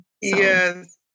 Yes